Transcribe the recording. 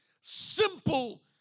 simple